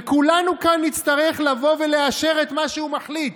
וכולנו כאן נצטרך לבוא ולאשר את מה שהוא מחליט.